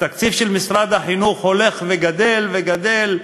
התקציב של משרד החינוך הולך וגדל וגדל,